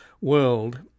world